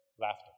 laughter